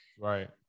Right